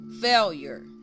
failure